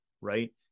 right